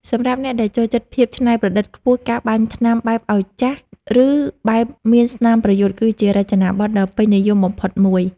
សម្រាប់អ្នកដែលចូលចិត្តភាពច្នៃប្រឌិតខ្ពស់ការបាញ់ថ្នាំបែបឱ្យចាស់ ឬបែបមានស្នាមប្រយុទ្ធគឺជារចនាបថដ៏ពេញនិយមបំផុតមួយ។